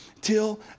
till